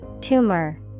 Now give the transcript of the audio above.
Tumor